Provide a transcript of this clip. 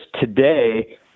today